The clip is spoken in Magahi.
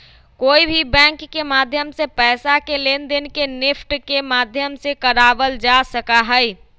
कोई भी बैंक के माध्यम से पैसा के लेनदेन के नेफ्ट के माध्यम से करावल जा सका हई